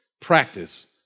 Practice